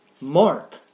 Mark